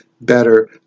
better